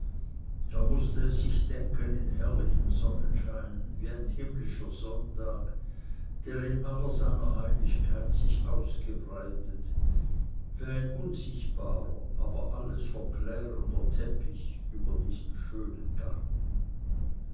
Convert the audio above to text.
er mußte es sich denken in herrlichem sonnenschein wie ein himmlischer sonntag der in aller seiner heiligkeit sich ausgebreitet wie ein unsichtbarer aber alles verklärender teppich über diesen schönen garten